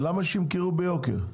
למה שימכרו ביוקר.